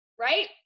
right